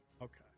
okay